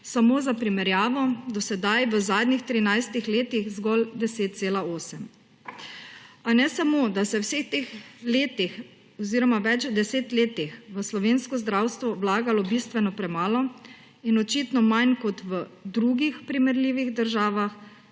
Samo za primerjavo, do sedaj v zadnjih 13 letih – zgolj 10,8. A ne samo da se je v vseh teh letih oziroma več deset letih v slovensko zdravstvo vlagalo bistveno premalo in očitno manj kot v drugih primerljivih državah,